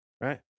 right